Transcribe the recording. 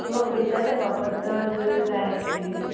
तुका खंयच्या देवा बद्दल जाय आसली